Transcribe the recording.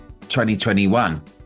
2021